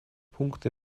пункты